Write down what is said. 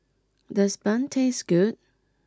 does Bun taste good